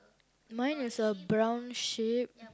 mine is a brown sheep